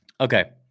Okay